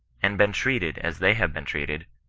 and been treated as they have been treated,